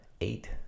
eight